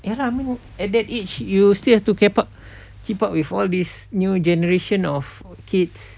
ya lah I mean at that age you still have to keep up keep up with all this new generation of kids